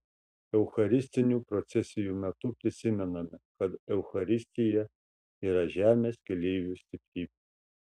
eucharistinių procesijų metu prisimename kad eucharistija yra žemės keleivių stiprybė